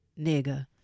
nigga